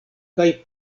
kaj